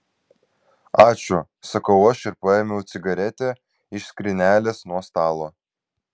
ačiū sakau aš ir paėmiau cigaretę iš skrynelės nuo stalo